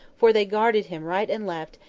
for they guarded him right and left,